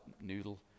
noodle